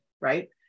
right